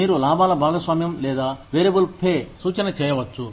మీరు లాభాల భాగస్వామ్యం లేదా వేరియబుల్ సూచన చేయవచ్చు